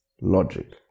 logic